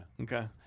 Okay